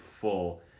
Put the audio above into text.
full